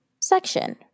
section